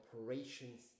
operations